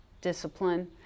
discipline